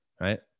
right